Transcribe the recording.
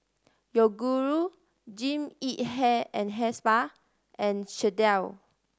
Yoguru Jean Yip Hair and Hair Spa and Chesdale